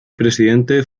presidente